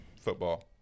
football